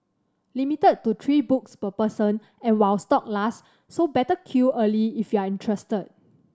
limited to three books per person and while stock last so better queue early if you're interested